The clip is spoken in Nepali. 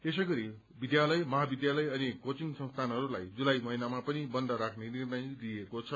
यसै गरी विद्यालय महाविद्यालय अनि कोचिंग संस्थानहरूलाई जुलाई महीनामा पनि बन्द राख्ने निर्णय लिएको छ